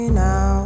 now